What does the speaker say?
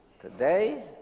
today